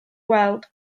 gweld